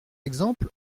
exemple